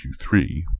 Q3